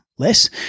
less